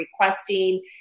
requesting